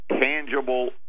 tangible